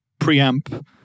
preamp